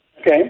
Okay